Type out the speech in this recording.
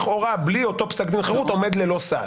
לכאורה בלי אותו פסק דין חירות עומד ללא סעד.